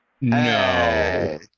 No